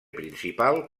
principal